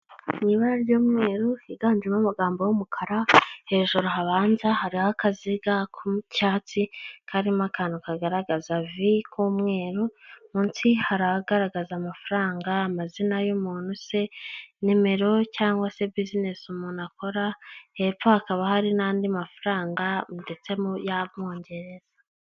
Mu ibara ry'umweru higanjemo amagambo y'umukara, hejuru habanza hariho akaziga k'icyatsi karimo akantu kagaragaza vi k'umweru, munsi hari ahagaragaza amafaranga, amazina y'umuntu se, nimero cyangwa se bizinesi umuntu akora, hepfo hakaba hari n'andi mafaranga ndetse y'amongereza.